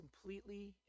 completely